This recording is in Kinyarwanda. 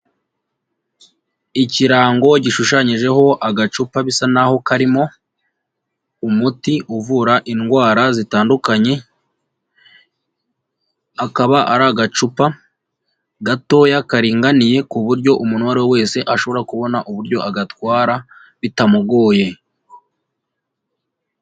Ikirango gishushanyijeho agacupa bisa n'aho karimo umuti uvura indwara zitandukanye, akaba ari agacupa gatoya karinganiye ku buryo umuntu uwo ari wese ashobora kubona uburyo agatwara bitamugoye.